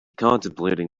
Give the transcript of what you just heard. contemplating